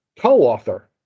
co-author